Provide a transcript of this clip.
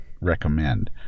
recommend